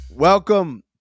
Welcome